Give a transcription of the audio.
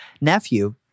nephew